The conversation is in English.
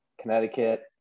Connecticut